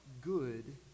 good